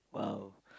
!wow!